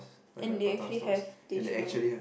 and they actually have teh cino